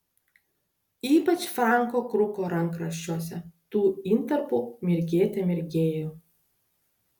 ypač franko kruko rankraščiuose tų intarpų mirgėte mirgėjo